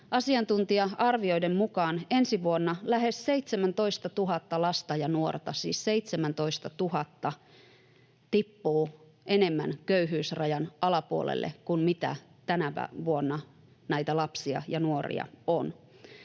Asiantuntija-arvioiden mukaan ensi vuonna lähes 17 000 lasta ja nuorta enemmän, siis 17 000, tippuu köyhyysrajan alapuolelle kuin mitä tänä vuonna näitä lapsia ja nuoria on.